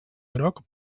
groc